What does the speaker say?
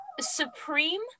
Supreme